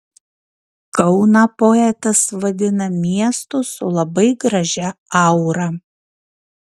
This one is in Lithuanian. kauną poetas vadina miestu su labai gražia aura